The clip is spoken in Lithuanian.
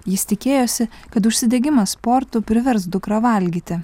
jis tikėjosi kad užsidegimas sportu privers dukrą valgyti